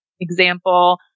example